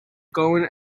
going